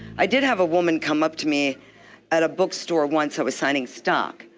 i did have a woman come up to me at a bookstore once, i was signing stock.